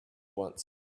wants